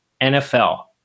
NFL